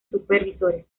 supervisores